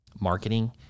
marketing